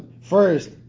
First